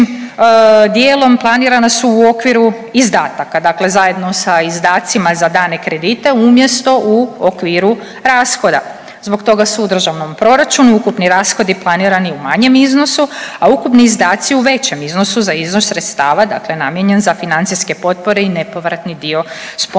najvećim dijelom planirana su u okviru izdataka, dakle zajedno sa izdacima za dane kredite umjesto u okviru rashoda. Zbog toga su u državnom proračunu ukupni rashodi planirani u manjem iznosu, a ukupni izdaci u većem iznosu za iznos sredstva dakle namijenjen za financijske potpore i nepovratni dio spomenutih